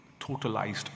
totalized